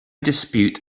dispute